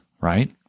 right